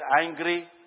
angry